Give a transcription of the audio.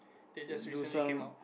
they just recently came out